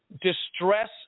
distress